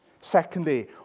Secondly